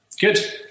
Good